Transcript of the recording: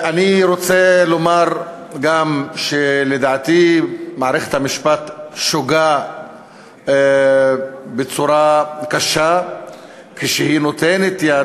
אני רוצה לומר גם שלדעתי מערכת המשפט שוגה בצורה קשה כשהיא נותנת יד